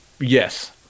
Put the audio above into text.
yes